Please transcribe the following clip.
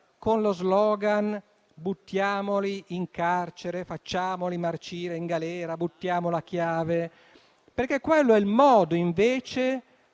con lo *slogan* «Buttiamoli in carcere, facciamoli marcire in galera, buttiamo la chiave». Quello è il modo, invece,